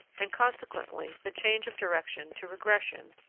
and consequently the change of direction to regression,